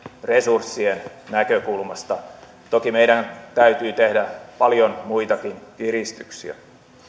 resurssien näkökulmasta toki meidän täytyy tehdä paljon muitakin piristyksiä